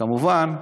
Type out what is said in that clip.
כמובן,